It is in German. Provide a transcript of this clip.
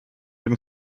dem